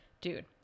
Dude